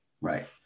Right